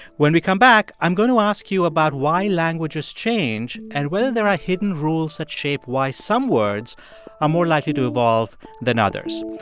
when we come back, i'm going to ask you about why languages change and whether there are hidden rules that shape why some words are more likely to evolve than others.